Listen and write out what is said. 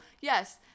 yes